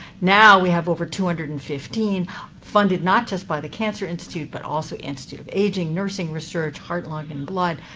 now, we have over two hundred and fifteen funded not just by the cancer institute but also institute of aging nursing research heart, lung, and blood.